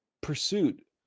pursuit